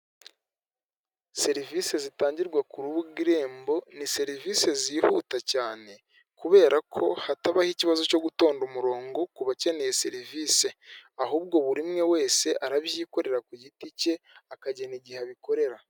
Serivise zitangirwa ku rubuga irembo, ni serivisi zihuta cyane, kubera ko hatabaho ikibazo cyo gutonda umurongo ku bakeneye serivise, ahubwo buri umwe wese arabyikorera ku giti ke, akagena igihe abikorera.